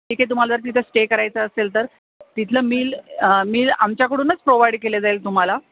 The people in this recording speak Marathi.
तिते तुमाला जर तिथं स्टे करायचं असेल तर तिथलं मील मील आमच्याकडूनच प्रोव्हाइड केले जाईल तुम्हाला